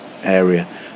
area